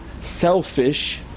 selfish